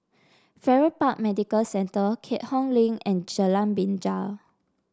Farrer Park Medical Centre Keat Hong Link and Jalan Binja